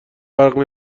برق